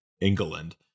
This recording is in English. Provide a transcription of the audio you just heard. England